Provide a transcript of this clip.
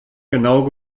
genau